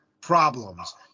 problems